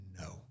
no